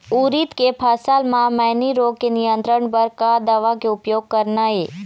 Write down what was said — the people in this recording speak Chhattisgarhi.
उरीद के फसल म मैनी रोग के नियंत्रण बर का दवा के उपयोग करना ये?